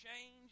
change